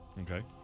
Okay